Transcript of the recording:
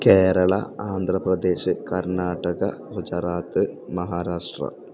Kerala Andhra Pradesh Karnataka Gujarat Maharashtra